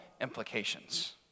implications